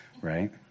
right